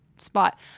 spot